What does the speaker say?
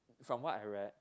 from what I read